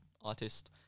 artist